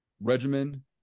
regimen